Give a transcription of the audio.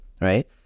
right